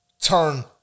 turn